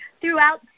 throughout